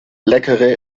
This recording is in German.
leckere